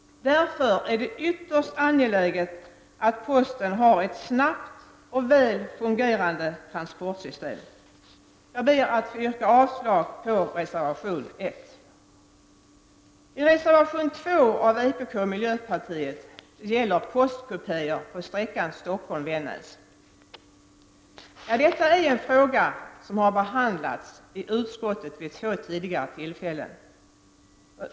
Därför är det ytterst angeläget att posten har ett snabbt och väl fungerande transportsystem. Jag ber att få yrka avslag på reservation 1. Detta är en fråga som har behandlats i utskottet vid två tidigare tillfällen.